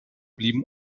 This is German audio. blieben